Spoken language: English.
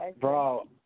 Bro